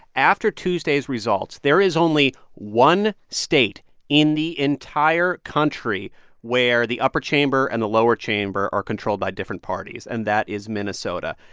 after tuesday's results, there is only one state in the entire country where the upper chamber and the lower chamber are controlled by different parties. and that is minnesota.